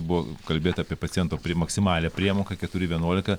buvo kalbėta apie paciento maksimalią priemoką keturi vienuolika